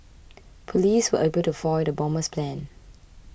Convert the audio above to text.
police were able to foil the bomber's plans